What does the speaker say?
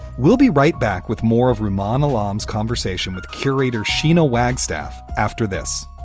we'll be right back with more of reman alarms conversation with curator sheena wagstaff after this